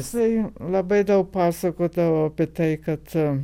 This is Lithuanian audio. jisai labai daug pasakodavo apie tai kad aaa